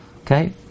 Okay